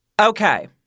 Okay